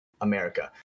America